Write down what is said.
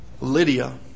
lydia